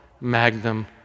magnum